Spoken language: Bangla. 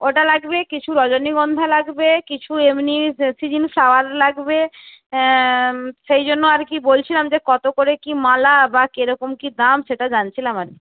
ওটা লাগবে কিছু রজনীগন্ধা লাগবে কিছু এমনি সিজিন ফ্লাওয়ার লাগবে সেই জন্য আর কি বলছিলাম যে কতো করে কি মালা বা কেরকম কি দাম সেটা জানছিলাম আর কি